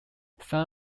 some